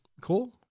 cool